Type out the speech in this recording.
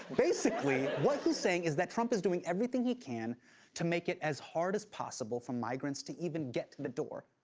basically, what he's saying is that trump is doing everything he can to make it as hard as possible for migrants to even get to the door.